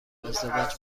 ازدواج